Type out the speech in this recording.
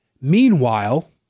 Meanwhile